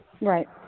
Right